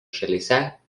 šalyse